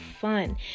fun